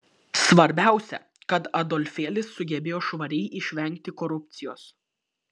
svarbiausia kad adolfėlis sugebėjo švariai išvengti korupcijos